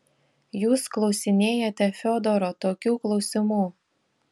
jūs klausinėjate fiodoro tokių klausimų